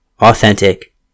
authentic